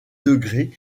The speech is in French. degré